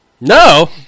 No